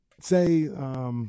say –